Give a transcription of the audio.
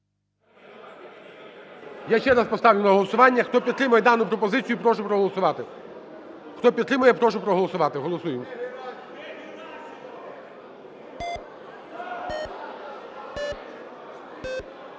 Я ще раз поставлю на голосування. Хто підтримує дану пропозицію, прошу проголосувати. Хто підтримує, прошу проголосувати. Голосуємо.